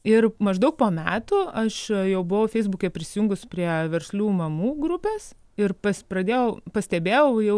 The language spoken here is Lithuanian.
ir maždaug po metų aš jau buvau feisbuke prisijungus prie verslių mamų grupės ir pas pradėjau pastebėjau jau